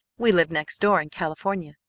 we live next door in california.